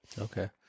Okay